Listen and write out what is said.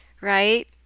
right